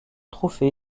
trophées